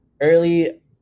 early